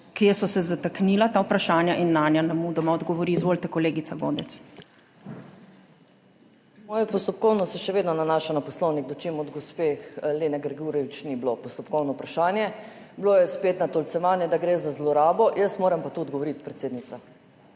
kje so se zataknila ta vprašanja, in nanje nemudoma odgovori. Izvolite, kolegica Godec. JELKA GODEC (PS SDS): Moje postopkovno se še vedno nanaša na poslovnik, dočim od gospe Lene Grgurevič ni bilo postopkovno vprašanje. Bilo je spet natolcevanje, da gre za zlorabo, jaz moram pa tu odgovoriti, predsednica.